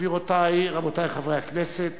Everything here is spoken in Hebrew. גבירותי, רבותי חברי הכנסת,